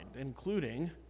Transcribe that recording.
including